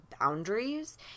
boundaries